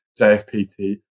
JFPT